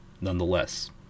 nonetheless